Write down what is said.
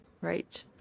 Right